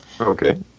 okay